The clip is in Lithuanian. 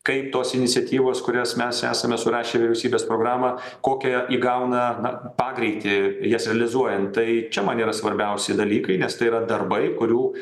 kaip tos iniciatyvos kurias mes esame surašę į vyriausybės programą kokią įgauna na pagreitį jas realizuojant tai čia man yra svarbiausi dalykai nes tai yra darbai kurių